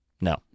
no